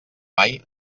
mai